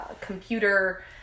computer